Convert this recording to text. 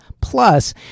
Plus